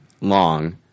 long